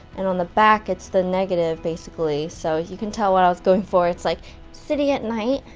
and on the back, it's the negative, basically. so you can tell what i was going for, it's like city at night,